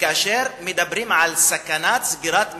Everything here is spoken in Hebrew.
וכאשר מדברים על סכנת סגירת מפעל,